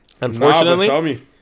unfortunately